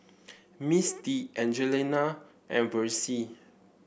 Misty Angelina and Versie